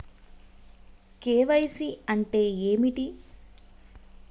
KYC అంటే ఏమిటి?